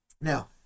Now